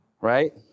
right